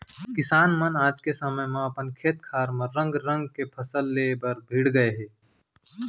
किसान मन आज के समे म अपन खेत खार म रंग रंग के फसल ले बर भीड़ गए हें